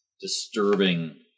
disturbing